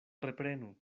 reprenu